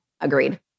agreed